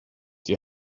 die